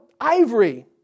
ivory